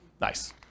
Nice